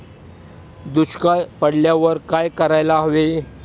दुष्काळ पडल्यावर काय करायला हवे?